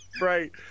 Right